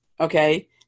okay